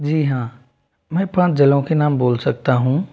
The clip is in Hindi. जी हाँ मैं पाँच ज़िलों के नाम बोल सकता हूँ